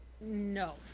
No